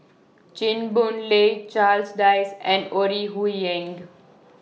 Chew Boon Lay Charles Dyce and Ore Huiying